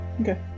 Okay